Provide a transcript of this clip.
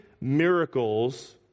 miracles